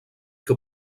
que